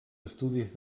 estudis